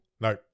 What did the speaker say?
no